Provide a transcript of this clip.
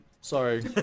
Sorry